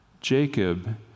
Jacob